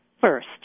first